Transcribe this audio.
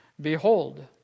Behold